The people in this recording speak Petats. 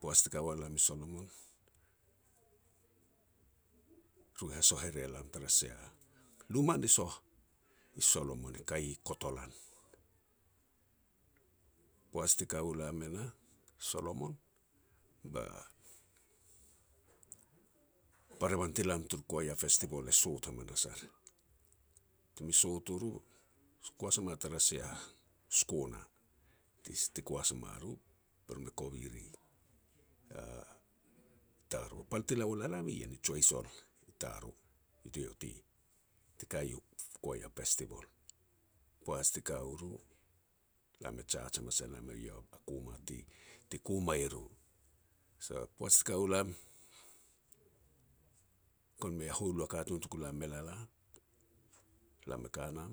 Poaj ti ka wa lam i Solomon, be ru hasoh ere lam tara sia, luma ni soh i Solomon, e kai i kotolan. Poaj ti ka u lam e nah, Solomon ba, barevan ti lam taru Choir Festival e sot hamas ar. Ti me sot u ru, koas a ma tara sia skona, ti-ti koas maru, be ru me kovi ri Taro. Pal ti la wal a lam ien i Joisol, i Taro, eiau ti-ti ka u Choir Festival. Poaj ti ka u ru, lam jaj hamas e nam eiou a koma ti-ti koma e ru. Poaj ti ka u lam gon mei a hualu a katun tuka la me lalan, lam e ka nam,